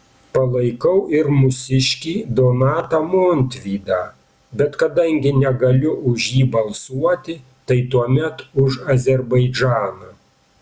palaikau ir mūsiškį donatą montvydą bet kadangi negaliu už jį balsuoti tai tuomet už azerbaidžaną